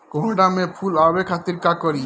कोहड़ा में फुल आवे खातिर का करी?